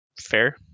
fair